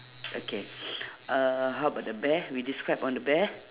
okay uhh how about the bear we describe on the bear